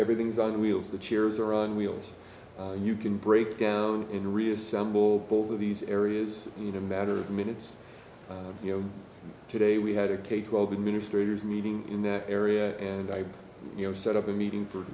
everything's on wheels the chairs are on wheels and you can break down in reassemble both of these areas in a matter of minutes you know today we had a k twelve administrators meeting in that area and i you know set up a meeting for